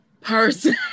person